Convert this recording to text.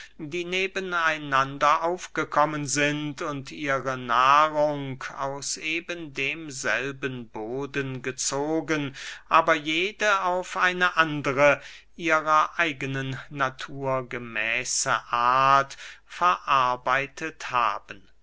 die neben einander aufgekommen sind und ihre nahrung aus eben demselben boden gezogen aber jede auf eine andere ihrer eigenen natur gemäße art verarbeitet haben